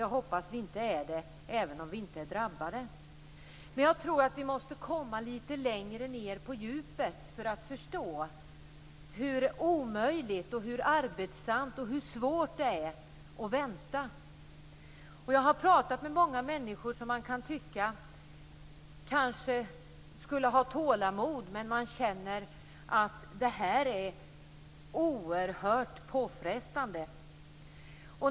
Jag hoppas att vi inte är det, även om vi inte är drabbade. Men jag tror att vi måste komma litet längre ned på djupet för att förstå hur omöjligt, hur arbetsamt och hur svårt det är att vänta. Jag har pratat med många människor som man kanske kan tycka skulle ha tålamod. Men man känner att det här är oerhört påfrestande.